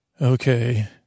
Okay